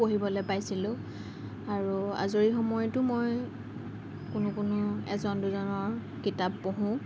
পঢ়িবলৈ পাইছিলোঁ আৰু আজৰি সময়তো মই কোনো কোনো এজন দুজনৰ কিতাপ পঢ়োঁ